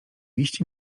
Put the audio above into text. iście